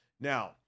Now